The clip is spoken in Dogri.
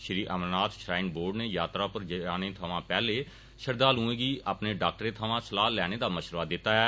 श्री अमरनाथ श्राईन बोर्ड नै यात्रा पर जाने थमां पैहले श्रद्वादुए गी अपने डाक्टरें थमां सलाह लैने दा मश्वरा दिता ऐ